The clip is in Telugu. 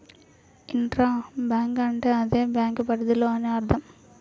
ఇంట్రా బ్యాంక్ అంటే అదే బ్యాంకు పరిధిలో అని అర్థం